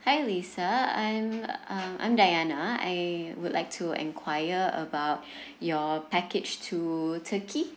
hi lisa I'm um I'm diana I would like to enquire about your package to turkey